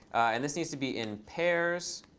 and this needs to be in pairs.